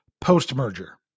post-merger